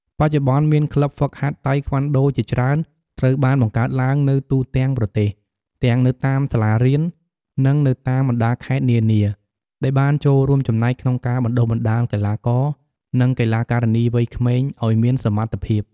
បច្ចុប្បន្ន មានក្លិបហ្វឹកហាត់តៃក្វាន់ដូជាច្រើនត្រូវបានបង្កើតឡើងនៅទូទាំងប្រទេស ទាំងនៅតាមសាលារៀន និងនៅតាមបណ្ដាខេត្តនានា ដែលបានចូលរួមចំណែកក្នុងការបណ្ដុះបណ្ដាលកីឡាករ និងកីឡាការិនីវ័យក្មេងឱ្យមានសមត្ថភាព។